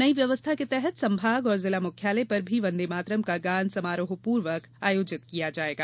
नई व्यवस्था के तहत संभाग और जिला मुख्यालय पर भी वंदेमातरम का गान समारोहपूर्वक आयोजित किया जायेगा